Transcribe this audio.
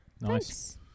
nice